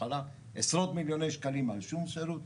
עשרות מיליוני שקלים על שום שירות.